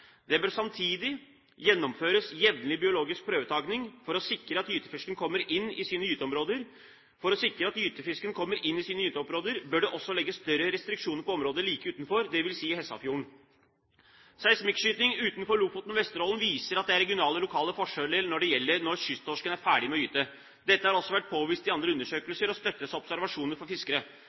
Det bør samtidig gjennomføres jevnlig biologisk prøvetaking. For å sikre at gytefisken kommer inn i sine gyteområder, bør det også legges større restriksjoner på området like utenfor, dvs. Hessafjorden. Seismikkskyting utenfor Lofoten og Vesterålen viser at det er regionale/lokale forskjeller når det gjelder når kysttorsken er ferdig med å gyte. Dette har også vært påvist i andre undersøkelser og støttes av observasjoner fra fiskere.